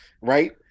right